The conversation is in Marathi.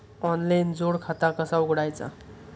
ऑनलाइन जोड खाता कसा उघडायचा?